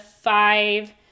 five